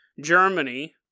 Germany